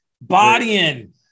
bodying